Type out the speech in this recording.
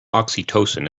oxytocin